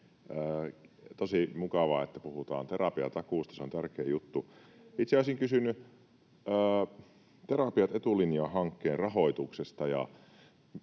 Tosi mukavaa, että puhutaan terapiatakuusta. Se on tärkeä juttu. Itse olisin kysynyt Terapiat etulinjaan ‑hankkeen rahoituksesta,